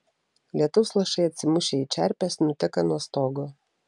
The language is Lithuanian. lietaus lašai atsimušę į čerpes nuteka nuo stogo